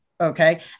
okay